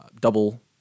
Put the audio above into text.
double